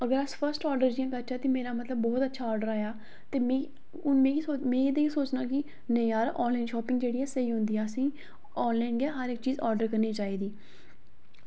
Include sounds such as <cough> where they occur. अगर अस first order जियां करचै ते मेरा मतलब बोह्त अच्छा आर्डर आया ते में <unintelligible> सोचना कि नेईं यार आनलाईन शापिंग जेह्ड़ी ऐ स्हेई होंदी असें आनलाईन गै हर इक चीज आर्डर करनी चाहिदी